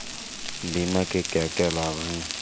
बीमा के क्या क्या लाभ हैं?